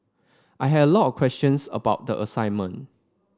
I had a lot of questions about the assignment